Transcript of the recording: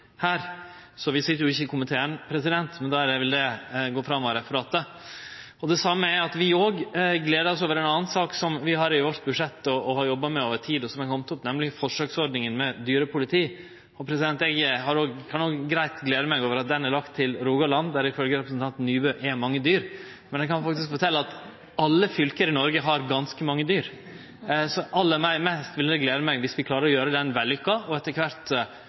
her. Vi sit ikkje i komiteen, men no vil det gå fram av referatet. I tillegg gler vi oss over ei anna sak som vi har i vårt budsjett, som vi har jobba med over tid, og som har kome opp, nemleg forsøksordninga med dyrepoliti. Eg kan greitt glede meg over at dette er lagt til Rogaland, der det ifølgje representanten Nybø er mange dyr. Men eg kan faktisk fortelje at alle fylke i Noreg har ganske mange dyr, så aller mest vil det glede meg dersom vi klarer å få til dette så det vert vellukka, og etter kvart